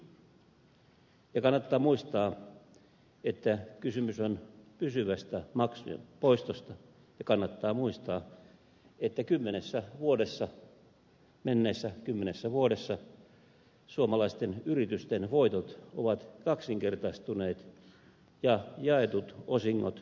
kannattaa muistaa että kysymys on pysyvästä maksun poistosta ja kannattaa muistaa että menneissä kymmenessä vuodessa suomalaisten yritysten voitot ovat kaksinkertaistuneet ja jaetut osingot kymmenkertaistuneet